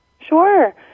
Sure